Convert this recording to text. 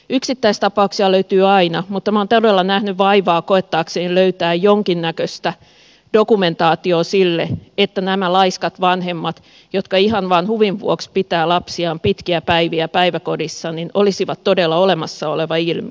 yksittäistapauksia löytyy aina mutta minä olen todella nähnyt vaivaa koettaakseni löytää jonkinnäköistä dokumentaatiota sille että nämä laiskat vanhemmat jotka ihan vain huvin vuoksi pitävät lapsiaan pitkiä päiviä päiväkodissa olisivat todella olemassa oleva ilmiö